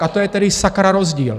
A to je tedy sakra rozdíl!